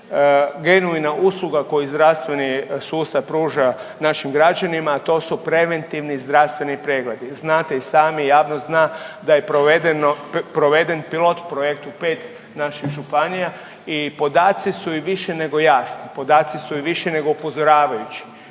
genuina usluga koju zdravstveni sustav pruža našim građanima, a to su preventivni zdravstveni pregledi. Znate i sami i javnost zna da je provedeno, proveden pilot projekt u 5 naših županija i podaci su i više nego jasni, podaci su i više nego upozoravajući.